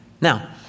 Now